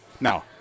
Now